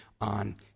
on